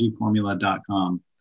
energyformula.com